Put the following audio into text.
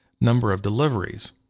number of deliveries.